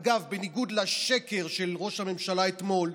אגב, בניגוד לשקר של ראש הממשלה אתמול,